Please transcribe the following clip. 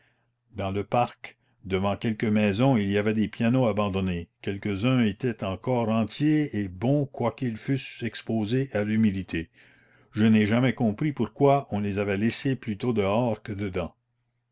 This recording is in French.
dans le parc devant quelques maisons il y avait des pianos abandonnés quelques-uns étaient encore entiers et bons quoiqu'ils fussent exposés à l'humidité je n'ai jamais compris pourquoi on les avait laissés plutôt dehors que dedans